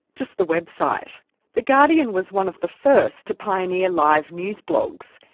just the website. the guardian was one of the first to pioneer live news blogs,